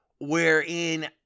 wherein